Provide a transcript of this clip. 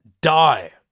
die